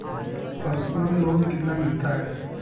Personal loan कितना मिलता है?